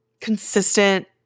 consistent